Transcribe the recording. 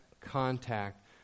contact